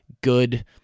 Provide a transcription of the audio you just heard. Good